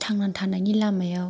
थांनानै थानायनि लामायाव